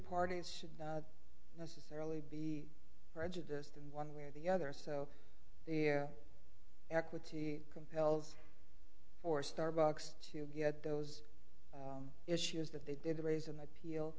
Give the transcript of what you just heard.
parties should necessarily be prejudiced in one way or the other so their equity compels for starbucks to get those issues that they did raise an appeal